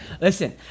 Listen